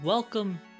Welcome